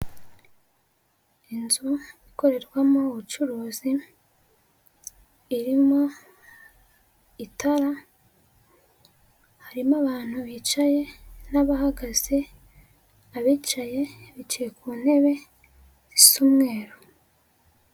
Inzu ikorerwamo ubucuruzi, irimo itara, harimo abantu bicaye n'abahagaze, abicaye bicaye ku ntebe zisa umweru.